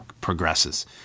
progresses